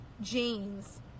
jeans